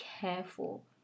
careful